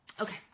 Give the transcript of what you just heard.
Okay